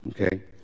okay